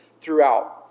throughout